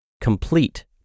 complete